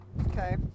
Okay